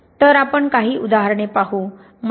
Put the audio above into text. तर आपण काही उदाहरणे पाहू